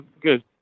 good